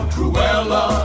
Cruella